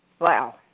Wow